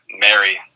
Mary